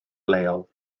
leol